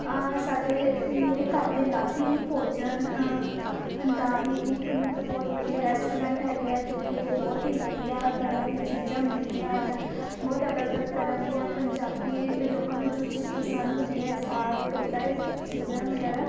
ਆਹ ਸਾਡੇ ਮੇਰੇ ਘਰ ਦੇ ਲਾਗੇ ਹੀ ਭੋਜਨ ਦਾ ਵੀ ਇੱਕ ਮਤਲਬ ਬਹੁਤ ਵਧੀਆ ਰੈਸਟੋਰੈਂਟ ਹੈਗੇ ਆ ਜਿੱਥੇ ਬਹੁਤ ਹੀ ਵਧੀਆ ਤਰ੍ਹਾਂ ਦੇ ਚੀਜ਼ਾਂ ਮਿਲਦੀਆਂ ਹਨ ਬਹੁਤ ਅਲੱਗ ਅਲੱਗ ਤਰ੍ਹਾਂ ਦੀਆਂ ਪੰਜਾਬੀ ਲੋਕਾਂ ਨੂੰ ਜੋ ਚੀਜ਼ ਪਸੰਦ ਹੁੰਦੀ ਹੈ ਸਾਗ ਢੋਡਾ ਇਹ ਸਭ ਚੀਜ਼ਾਂ ਵਗੈਰਾ